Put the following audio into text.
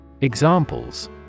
Examples